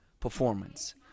performance